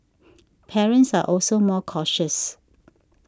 parents are also more cautious